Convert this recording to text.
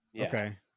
okay